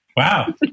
wow